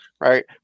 right